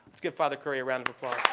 let's give father currie a round of applause.